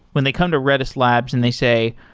when they come to redis labs and they say,